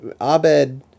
Abed